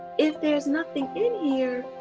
if there's nothing in here